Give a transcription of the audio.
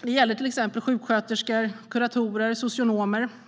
Det gäller till exempel sjuksköterskor, kuratorer och socionomer.